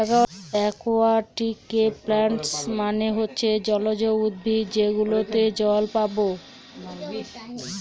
একুয়াটিকে প্লান্টস মানে হচ্ছে জলজ উদ্ভিদ যেগুলোতে জল পাবো